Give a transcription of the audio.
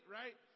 right